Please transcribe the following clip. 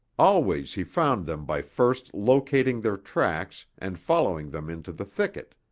always he found them by first locating their tracks and following them into the thicket.